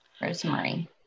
Rosemary